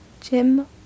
Jim